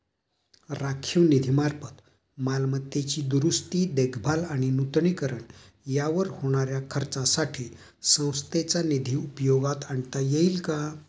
राखीव निधीमार्फत मालमत्तेची दुरुस्ती, देखभाल आणि नूतनीकरण यावर होणाऱ्या खर्चासाठी संस्थेचा निधी उपयोगात आणता येईल का?